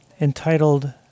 entitled